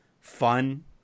fun